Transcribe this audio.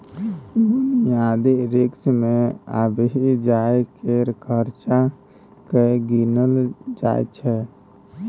बुनियादी रिस्क मे आबय जाय केर खर्चो केँ गिनल जाय छै